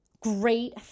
Great